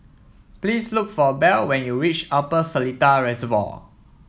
please look for Bell when you reach Upper Seletar Reservoir